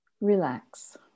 Relax